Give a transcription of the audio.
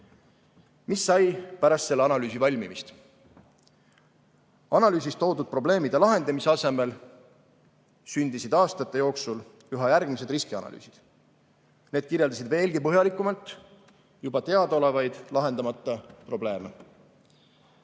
jne. Mis sai pärast selle analüüsi valmimist? Analüüsis toodud probleemide lahendamise asemel sündisid aastate jooksul üha järgmised riskianalüüsid. Need kirjeldasid veelgi põhjalikumalt juba teadaolevaid lahendamata probleeme.